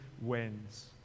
wins